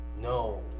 No